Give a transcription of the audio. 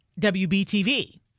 WBTV